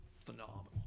phenomenal